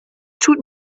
tut